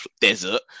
desert